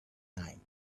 time